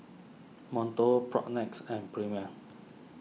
Monto Propnex and Premier